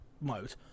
mode